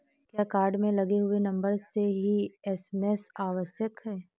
क्या कार्ड में लगे हुए नंबर से ही एस.एम.एस आवश्यक है?